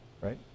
right